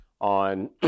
on